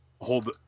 hold